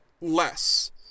less